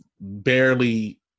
barely